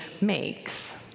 makes